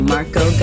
Marco